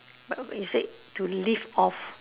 but it said to leave off